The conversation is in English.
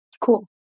Cool